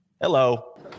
Hello